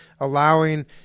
allowing